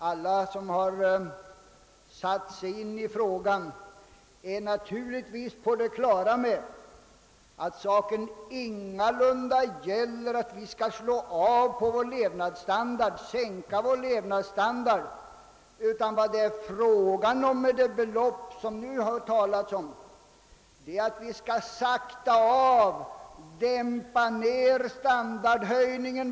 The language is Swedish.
Alla som har satt sig in i frågan är naturligtvis på det klara med att saken ingalunda gäller att vi skall sänka vår levnadsstandard, utan vad det är fråga om är bara att vi skall dämpa takten i vår standardhöjning.